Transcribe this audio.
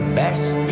best